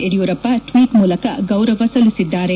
Yediyurappa tweet ಮೂಲಕ ಗೌರವ ಸಲ್ಲಿಸಿದ್ದಾರೆ